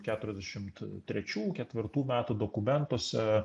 keturiasdešimt trečių ketvirtų metų dokumentuose